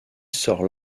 sort